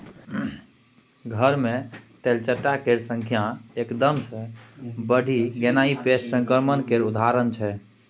घर मे तेलचट्टा केर संख्या एकदम सँ बढ़ि गेनाइ पेस्ट संक्रमण केर उदाहरण छै